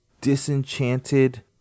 Disenchanted